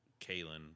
Kaylin